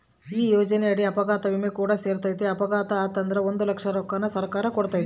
ಈ ಯೋಜನೆಯಡಿ ಅಪಘಾತ ವಿಮೆ ಕೂಡ ಸೇರೆತೆ, ಅಪಘಾತೆ ಆತಂದ್ರ ಒಂದು ಲಕ್ಷ ರೊಕ್ಕನ ಸರ್ಕಾರ ಕೊಡ್ತತೆ